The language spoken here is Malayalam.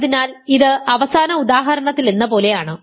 അതിനാൽ ഇത് അവസാന ഉദാഹരണത്തിലെന്നപോലെ ആണ്